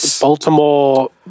Baltimore